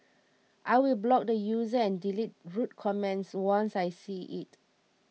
I will block the user and delete rude comments once I see it